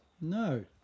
No